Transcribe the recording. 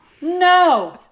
No